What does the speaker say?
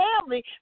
family